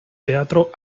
teatro